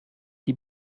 die